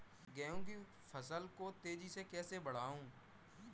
गेहूँ की फसल को तेजी से कैसे बढ़ाऊँ?